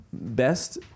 Best